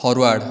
forward